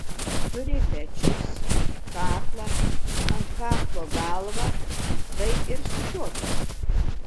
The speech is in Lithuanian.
turi pečius kaklą ant kaklo galvą tai ir sukiokis